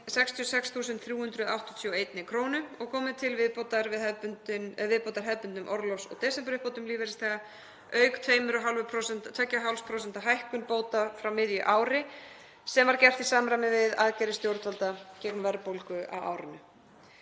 66.381 kr. og komi til viðbótar hefðbundnum orlofs- og desemberuppbótum lífeyrisþega, auk 2,5% hækkun bóta frá miðju ári sem var gert í samræmi við aðgerðir stjórnvalda gegn verðbólgu á árinu.